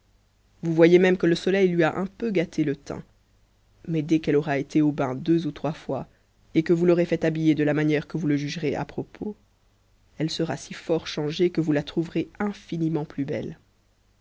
vous voyez même que le soleil lui a un peu gâté le teint mais dès qu'elle aura été au bain deux ou trois fois et que vous l'aurez fait habiller de la manière que vous le jugerez à propos elle sera si fort changée que vous la trouverez infiniment plus belle